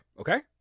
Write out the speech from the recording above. Okay